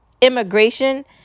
immigration